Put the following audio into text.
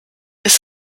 ist